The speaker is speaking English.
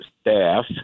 staff